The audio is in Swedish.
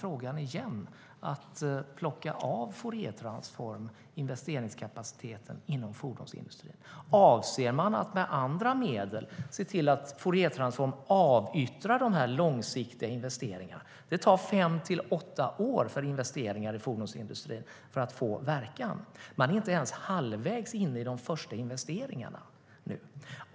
Kommer man att plocka av Fouriertransform investeringskapaciteten inom fordonsindustrin? Avser man att med andra medel se till att Fouriertransform avyttrar de långsiktiga investeringarna? Det tar fem till åtta år för investeringar i fordonsindustrin att få verkan. Man är inte ens halvvägs inne i de första investeringarna nu.